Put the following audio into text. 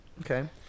okay